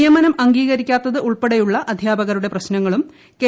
നിയമനം അംഗീകരിക്കാത്തതുൾപ്പടെയുള്ള അധ്യാപകരുടെ പ്രശ്നങ്ങളും കെ